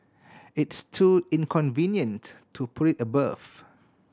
it's too inconvenient to put it above